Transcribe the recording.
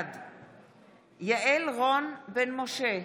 בעד יעל רון בן משה,